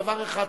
דבר אחד צדקת,